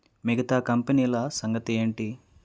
మిగతా కంపెనీల సంగతి ఏంటి